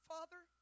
Father